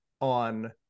on